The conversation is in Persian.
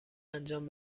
انجام